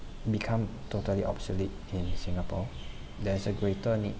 become totally obsolete in singapore there is a greater need